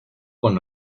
con